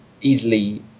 easily